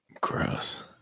Gross